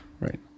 Right